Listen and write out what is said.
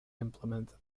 implemented